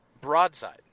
broadside